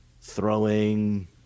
throwing